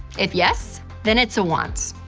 if yes, then it's a want.